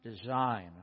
design